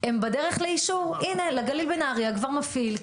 הם בדרך לאישור הנה: לגליל בנהריה כבר מפעיל,